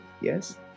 Yes